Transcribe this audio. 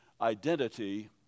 identity